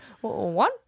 One